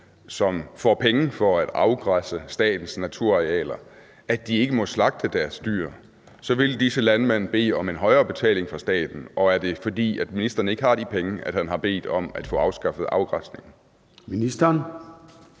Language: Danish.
som får penge for at afgræsse statens naturarealer, at de ikke må slagte deres dyr, vil disse landmænd bede om en højere betaling fra staten. Er det, fordi ministeren ikke har de penge, at han har bedt om at få afskaffet afgræsningen?